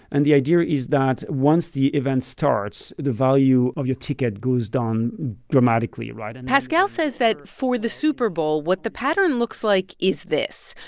and the idea is that once the event starts, the value of your ticket goes down dramatically. and pascal says that for the super bowl, what the pattern looks like is this.